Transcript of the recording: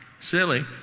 silly